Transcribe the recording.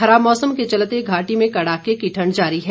खराब मौसम के चलते घाटी में कड़ाके की ठंड जारी है